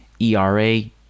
E-R-A